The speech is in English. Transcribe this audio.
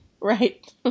Right